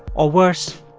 ah worse,